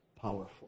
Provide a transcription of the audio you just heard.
powerful